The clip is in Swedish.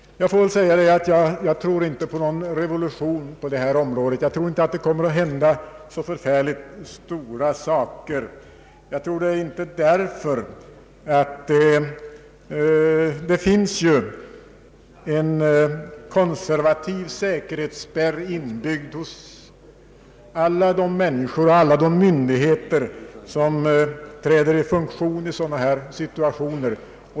Jag tror inte på någon revolution på detta område, jag tror inte att det kommer att hända så särskilt stora saker. Det finns nämligen en konservativ säkerhetsspärr inbyggd hos alla de människor och alla de myndigheter som träder i funktion i dylika situationer.